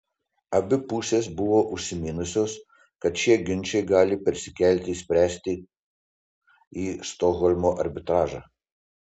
abi pusės buvo užsiminusios kad šie ginčai gali persikelti spręsti į stokholmo arbitražą